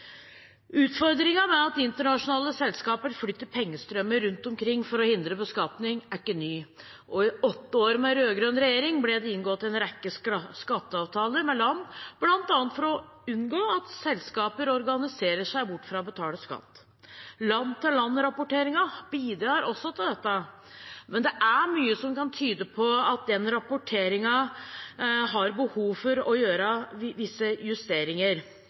Utfordringen med at internasjonale selskaper flytter pengestrømmer rundt omkring for å hindre beskatning, er ikke ny, og i de åtte årene med rød-grønn regjering ble det inngått en rekke skatteavtaler med land bl.a. for å unngå at selskaper organiserer seg bort fra å betale skatt. Land-til-land-rapporteringen bidrar også til dette, men det er mye som kan tyde på at det er behov for å gjøre visse justeringer